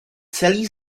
celý